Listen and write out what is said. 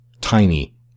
tiny